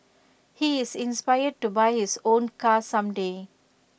he is inspired to buy his own car some day